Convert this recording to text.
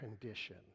condition